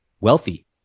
wealthy